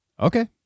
Okay